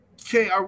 okay